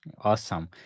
awesome